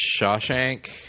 Shawshank